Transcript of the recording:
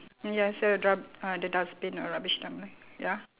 ya so you drop uh the dustbin or rubbish dump ya